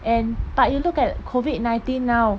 and but you look at COVID nineteen now